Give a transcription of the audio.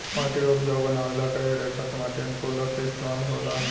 माटी के उपजाऊ बानवे ला कए लेखा के माटी अनुकूलक के इस्तमाल होला